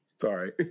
sorry